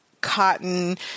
cotton